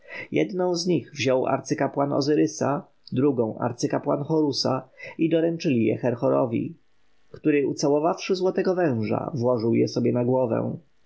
jedną z nich wziął arcykapłan ozyrysa drugą arcykapłan horusa i doręczyli je herhorowi który ucałowawszy złotego węża włożył je sobie na głowę